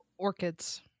Orchids